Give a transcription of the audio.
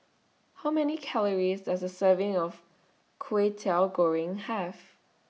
How Many Calories Does A Serving of Kway Teow Goreng Have